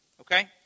Okay